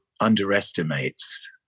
underestimates